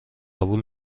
قبول